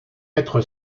être